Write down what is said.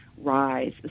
Rise